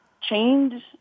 change